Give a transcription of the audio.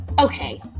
Okay